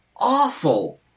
awful